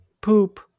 poop